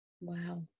Wow